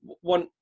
one